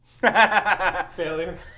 Failure